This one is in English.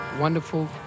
wonderful